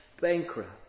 bankrupt